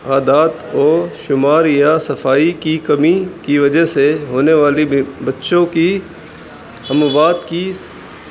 عادات اور شمار یا صفائی کی کمی کی وجہ سے ہونے والی بچوں کی ہموات کی